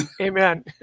Amen